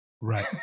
Right